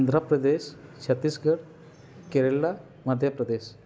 Andhra Pradesh Chhattisgarh Kerala Madhya Pradesh